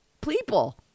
people